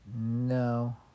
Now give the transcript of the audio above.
no